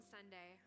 Sunday